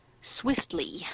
swiftly